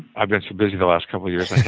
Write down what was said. i've been so busy the last couple of years,